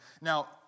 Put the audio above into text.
Now